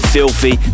Filthy